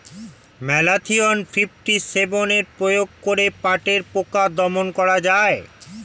Malathion fifty seven প্রয়োগ করে পাটের পোকা দমন করা যায়?